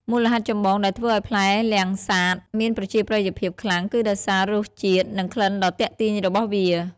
មូលហេតុចម្បងដែលធ្វើឲ្យផ្លែលាំងសាតមានប្រជាប្រិយភាពខ្លាំងគឺដោយសារ រសជាតិ និងក្លិនដ៏ទាក់ទាញ របស់វា។